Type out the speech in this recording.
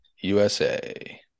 USA